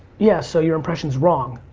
yeah, so your impression's wrong.